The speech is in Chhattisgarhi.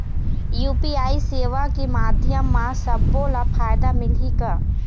यू.पी.आई सेवा के माध्यम म सब्बो ला फायदा मिलही का?